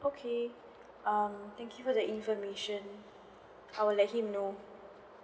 okay um thank you for the information I will let him know